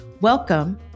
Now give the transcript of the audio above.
welcome